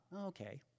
Okay